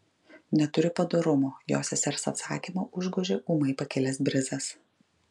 neturi padorumo jo sesers atsakymą užgožė ūmai pakilęs brizas